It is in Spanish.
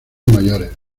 mayores